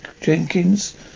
Jenkins